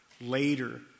later